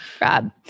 Rob